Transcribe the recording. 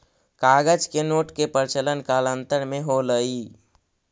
कागज के नोट के प्रचलन कालांतर में होलइ